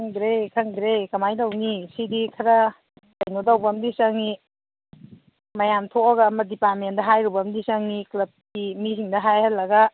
ꯈꯪꯗ꯭ꯔꯦ ꯈꯪꯗ꯭ꯔꯦ ꯀꯃꯥꯏ ꯇꯧꯅꯤ ꯁꯤꯗꯤ ꯈꯔ ꯀꯩꯅꯣ ꯇꯧꯕ ꯑꯝꯗꯤ ꯆꯪꯉꯤ ꯃꯌꯥꯝ ꯊꯣꯛꯑꯒ ꯑꯃ ꯗꯤꯄꯥꯔꯠꯃꯦꯟꯗ ꯍꯥꯏꯔꯨꯕ ꯑꯝꯗꯤ ꯆꯪꯏ ꯀ꯭ꯂꯞꯀꯤ ꯃꯤꯁꯤꯡꯗ ꯍꯥꯏꯍꯜꯂꯒ